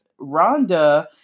Rhonda